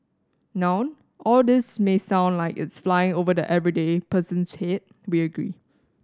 now all this may sound like it's flying over the everyday person's head we agree